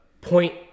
point